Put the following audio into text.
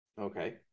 Okay